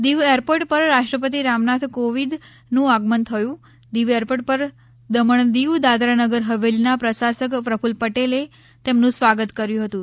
Diu airport પર રાષ્ટ્રપતિ રામનાથ કોવિન્દ નું આગમન થયું દીવ એરપોર્ટ પર દમણ દીવ દાદરા નગર હવેલી ના પ્રશાસક પ્રકૂલ્લ પટેલે તેમનુ સ્વાગત કર્યું હતું